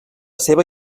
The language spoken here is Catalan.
seva